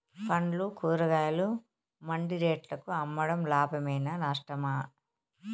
పండ్లు కూరగాయలు మండి రేట్లకు అమ్మడం లాభమేనా నష్టమా?